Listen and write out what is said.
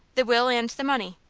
the will and the money.